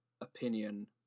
Opinion